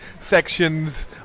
sections